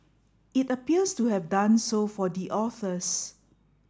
it appears to have done so for the authors